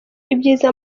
ibyiza